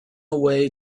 away